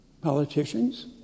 politicians